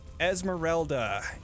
Esmeralda